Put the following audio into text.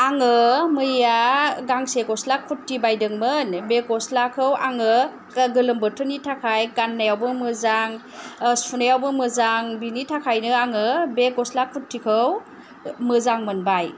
आङो मैया गांसे गस्ला कुर्ति बायदोंमोन बे गस्लाखौ आङो गोलोम बोथोरनि थाखाय गाननायावबो मोजां सुनायावबो मोजां बेनि थाखायनो आङो बे गस्ला कुर्तिखौ मोजां मोनबाय